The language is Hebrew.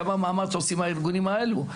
כמה מאמץ עושים הארגונים האלו,